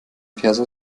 perso